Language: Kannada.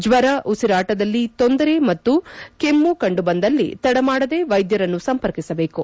ಜ್ವರ ಉಸಿರಾಟದಲ್ಲಿ ತೊಂದರೆ ಮತ್ತು ಕೆಮ್ಮ ಕಂಡು ಬಂದಲ್ಲಿ ತಡಮಾಡದೆ ವೈದ್ಯರನ್ನು ಸಂಪರ್ಕಿಸಬೇಕು